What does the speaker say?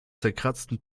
zerkratzten